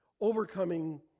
Overcoming